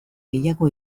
gehiago